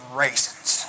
raisins